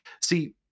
See